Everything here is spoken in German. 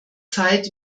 zeit